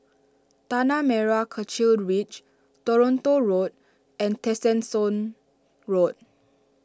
Tanah Merah Kechil Ridge Toronto Road and Tessensohn Road